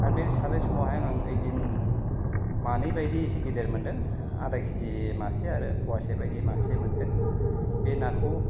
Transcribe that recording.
आरो बे सारनाय समावहाय आं ऐ दिन मानै बायदि एसे गिदिर मोन्दों आदा केजि मासे आरो फवासे बायदि मासे मोन्दों बे नाखौ